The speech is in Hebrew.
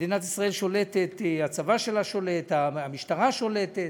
מדינת ישראל שולטת, הצבא שלה שולט, המשטרה שולטת.